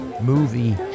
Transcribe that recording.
movie